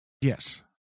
yes